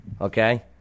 okay